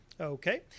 Okay